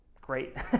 great